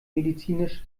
medizinisch